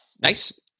Nice